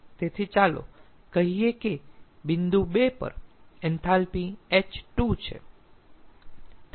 તેથી ચાલો કહીએ કે બિંદુ 2 પર એન્થાલ્પી h2 છે